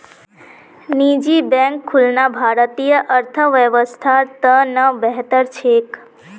निजी बैंक खुलना भारतीय अर्थव्यवस्थार त न बेहतर छेक